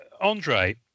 Andre